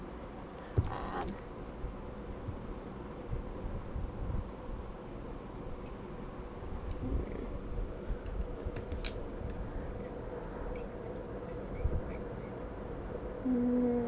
um mm